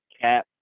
cap